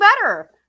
better